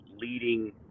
leading